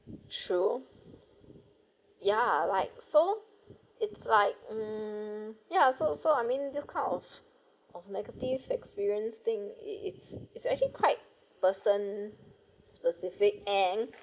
true ya like so it's like hmm ya so so I mean this kind of negative experience thing it it's it's actually quite person specific and